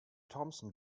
thompson